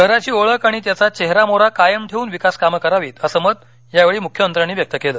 शहराची ओळख आणि त्याचा चेहरामोहरा कायम ठेवून विकास कामं करावीत असं मत या वेळी मुख्यमंत्र्यांनी व्यक्त केलं